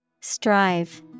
Strive